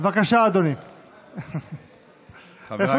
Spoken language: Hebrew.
כשאתה מנהל את הישיבה קשה לצאת.